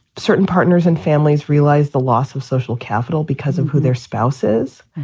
certain partners and families realize the loss of social capital because of who their spouses.